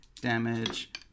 damage